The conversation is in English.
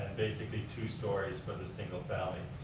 basically two stories for the single family.